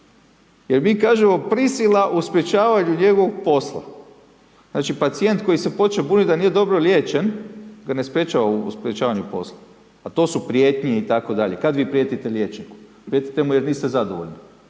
Jer mi kažemo prisila u sprječavanju njegovog posla. Znači pacijent koji se počeo buniti da nije dobro liječen ga ne sprječava u sprječavanju posla a to su prijetnje itd.. Kad vi prijetite liječniku? Prijetite mu jer niste zadovoljni